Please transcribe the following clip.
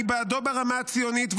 אני בעדו ברמה הציונית,